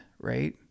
right